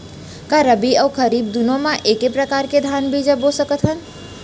का रबि अऊ खरीफ दूनो मा एक्के प्रकार के धान बीजा बो सकत हन?